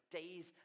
days